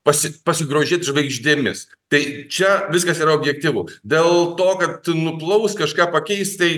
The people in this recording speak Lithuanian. pasi pasigrožėt žvaigždėmis tai čia viskas yra objektyvu dėl to kad nuplaus kažką pakeis tai